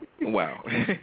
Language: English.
Wow